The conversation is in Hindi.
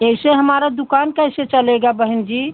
यह ऐसे हमारी दुकान कैसे चलेगी बहन जी